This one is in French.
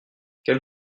quel